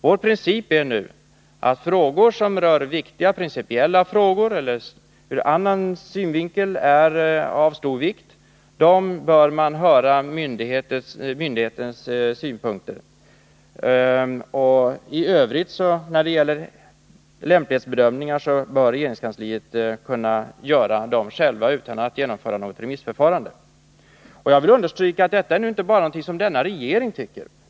När det gäller sådant som rör viktiga principiella frågor eller ur annan synvinkel är av stor vikt så är vår princip nu att man bör höra myndighetens synpunkter. I fråga om lämplighetsbedömningar så bör regeringskansliet självt kunna göra dem utan något remissförfarande. Jag vill understryka att detta inte bara är någonting som denna regering tycker.